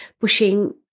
pushing